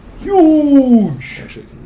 Huge